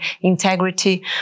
integrity